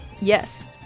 yes